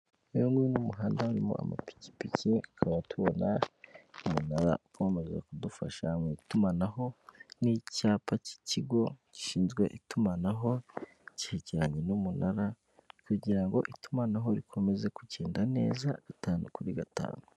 Uyu ni umuhanda harimo amapikipiki tukaba tubona umunara ukomeza kudufasha mu itumanaho n'icyapa cy'ikigo gishinzwe itumanaho cyerekeranye n'umunara kugira ngo itumanaho rikomeze kugenda neza gatanu kuri gatanu.